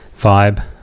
vibe